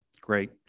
Great